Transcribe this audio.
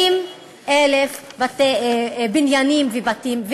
העניין הוא מחסור ב-70,000 בניינים ובתים.